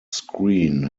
screen